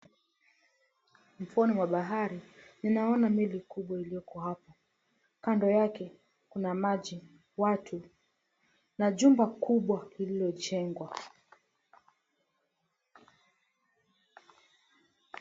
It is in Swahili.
Ufuoni mwa bahari ninaona meli kubwa iliyoko hapo kando yake kuna maji, watu na jumba kubwa lililo jengwa.